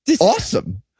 awesome